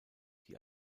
die